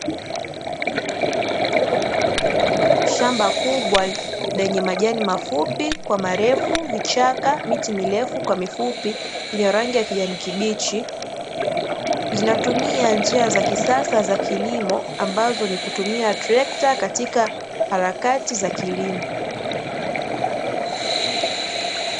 Shamba kubwa lenye majani mafupi kwa marefu, vichaka, miti mirefu kwa mifupi, yenye rangi ya kijani kibichi. Zinatumia njia za kisasa za kilimo ambazo ni kutumia trekta katika harakati za kilimo.